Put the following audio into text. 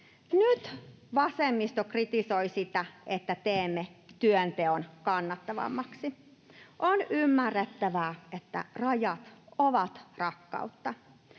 Nyt vasemmisto kritisoi sitä, että teemme työnteon kannattavammaksi. On ymmärrettävä, että rajat ovat rakkautta.